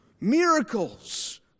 Miracles